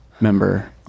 member-